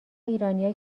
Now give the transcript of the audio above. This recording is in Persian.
ایرانیا